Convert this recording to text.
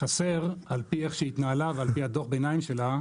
חסר על פי איך שהיא התנהלה ועל פי הדוח ביניים שלה,